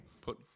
put